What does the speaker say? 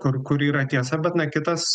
kur kur yra tiesa bet na kitas